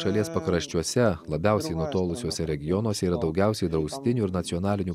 šalies pakraščiuose labiausiai nutolusiuose regionuose yra daugiausiai draustinių ir nacionalinių